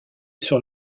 sur